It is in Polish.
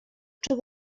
czy